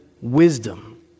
wisdom